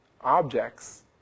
objects